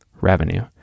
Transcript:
revenue